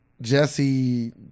Jesse